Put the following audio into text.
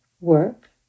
work